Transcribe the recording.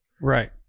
Right